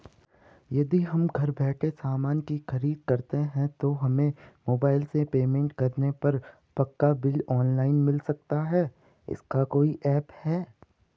यदि हम घर बैठे सामान की खरीद करते हैं तो हमें मोबाइल से पेमेंट करने पर पक्का बिल ऑनलाइन मिल सकता है इसका कोई ऐप है